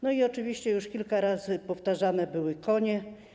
No i oczywiście już kilka razy przywoływane były konie.